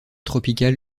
tropicale